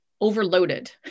overloaded